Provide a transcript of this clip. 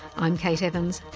i'm kate evans,